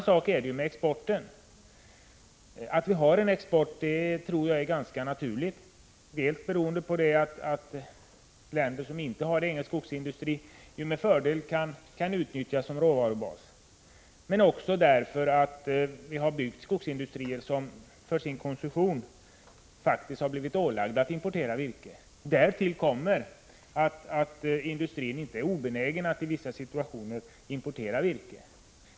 Jag tror att det är ganska naturligt att vi har en import, dels därför att länder som inte har egen skogsindustri med fördel kan utnyttjas som råvarubas, dels därför att vi har byggt skogsindustrier som för sin konsumtion faktiskt har blivit ålagda att importera virke. Därtill kommer att industrin inte är obenägen att i vissa situationer importera virke.